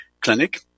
Clinic